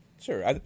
Sure